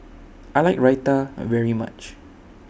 I like Raita very much